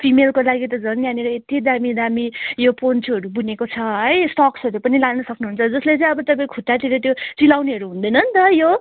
फिमेलको लागि त झन् यहाँनिर यति दामी दामी यो पोन्चुहरू बुनेको छ है सक्सहरू पनि लानु सक्नुहुन्छ जसले चाहिँ अब तपाईँ खुट्टातिर त्यो चिलाउनेहरू हुँदैन नि त यो